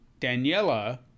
Daniela